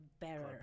bearer